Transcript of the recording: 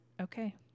Okay